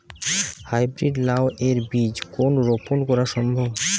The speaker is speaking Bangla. হাই ব্রীড লাও এর বীজ কি রোপন করা সম্ভব?